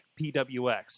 PWX